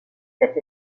cette